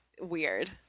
weird